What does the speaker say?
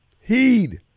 Heed